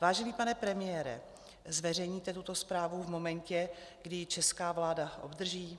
Vážený pane premiére, zveřejníte tuto zprávu v momentě, kdy ji česká vláda obdrží?